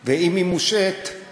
ויתרת, סליחה.